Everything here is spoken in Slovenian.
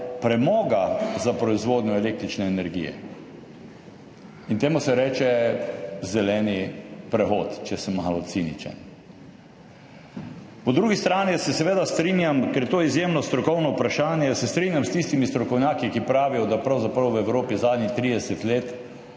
premoga za proizvodnjo električne energije. In temu se reče zeleni prehod, če sem malo ciničen. Po drugi strani se seveda strinjam, ker je to izjemno strokovno vprašanje, s tistimi strokovnjaki, ki pravijo, da pravzaprav v Evropi zadnjih 30 let